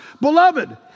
Beloved